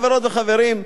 חברות וחברים,